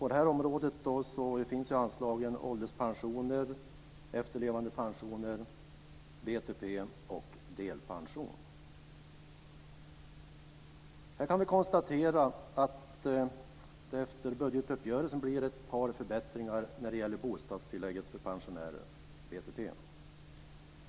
På det här området finns anslagen till ålderspensioner, efterlevandepensioner, Vi kan konstatera att det efter budgetuppgörelsen blir ett par förbättringar när det gäller bostadstillägget för pensionärer, BTP.